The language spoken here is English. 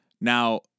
Now